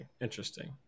Interesting